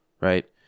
right